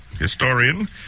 historian